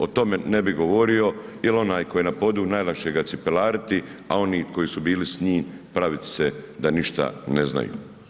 O tome ne bi govorio jel onaj koji je na podu najlakše ga cipelariti, a oni koji su bili s njim pravit se da ništa ne znaju.